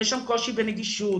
יש קושי בנגישות,